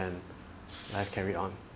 and life carry on